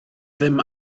ddim